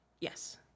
Yes